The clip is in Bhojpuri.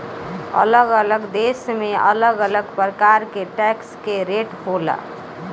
अलग अलग देश में अलग अलग प्रकार के टैक्स के रेट होला